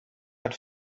had